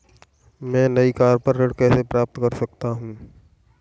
मैं नई कार पर ऋण कैसे प्राप्त कर सकता हूँ?